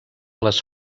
les